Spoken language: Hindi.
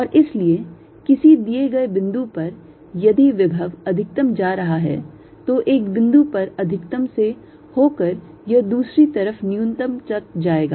और इसलिए किसी दिए गए बिंदु पर यदि विभव अधिकतम तक जा रहा है तो एक बिंदु पर अधिकतम से हो कर यह दूसरी तरफ न्यूनतम तक जाएगा